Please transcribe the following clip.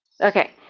Okay